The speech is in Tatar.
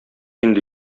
инде